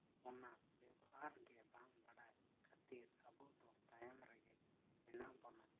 ᱚᱱᱟ ᱵᱮᱵᱚᱦᱟᱨ ᱜᱮ ᱵᱟᱝ ᱵᱟᱰᱟᱭ ᱠᱷᱟᱹᱛᱤᱨ ᱟᱵᱚ ᱫᱚ ᱛᱟᱭᱚᱢ ᱨᱮᱜᱮ ᱢᱮᱱᱟᱜ ᱵᱚᱱᱟ